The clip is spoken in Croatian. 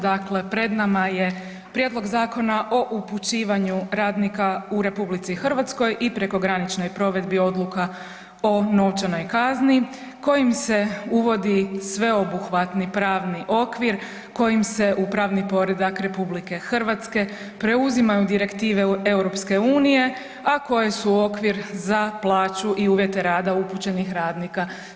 Dakle, pred nama je Prijedlog Zakona o upućivanju radnika u Republici Hrvatskoj i prekograničnoj provedbi odluka o novčanoj kazni kojim se uvodi sveobuhvatni pravni okvir kojim se upravni poredak RH preuzimanju direktive EU, a koje su okvir za plaću i uvjete rada upućenih radnika.